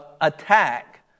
attack